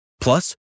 Plus